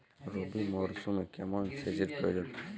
রবি মরশুমে কেমন সেচের প্রয়োজন?